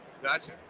Gotcha